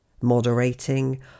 Moderating